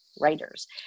writers